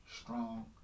strong